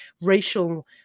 racial